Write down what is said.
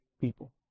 people